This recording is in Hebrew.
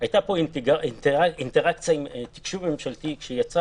היתה פה אינטראקציה התקשוב הממשלתי כשיצא